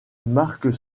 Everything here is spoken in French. marc